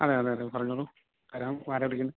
അതെയതെയതെ പറഞ്ഞോളു ആരാണ് ആരാണ് വിളിക്കുന്നത്